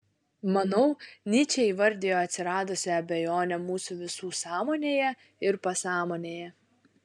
manau nyčė įvardijo atsiradusią abejonę mūsų visų sąmonėje ir pasąmonėje